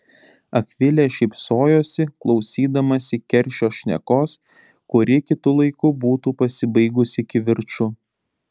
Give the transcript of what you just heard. akvilė šypsojosi klausydamasi keršio šnekos kuri kitu laiku būtų pasibaigusi kivirču